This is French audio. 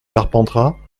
carpentras